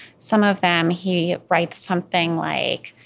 some of them he writes something like,